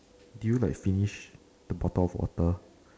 do you like finish the bottle of water